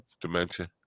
dementia